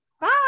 Bye